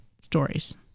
stories